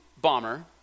bomber